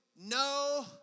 no